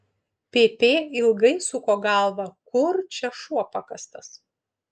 pp ilgai suko galvą kur čia šuo pakastas